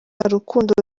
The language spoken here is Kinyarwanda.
rukundo